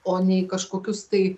o ne į kažkokius tai